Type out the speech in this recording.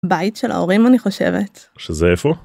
בית של ההורים אני חושבת שזה איפה.